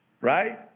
right